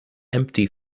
empty